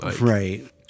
Right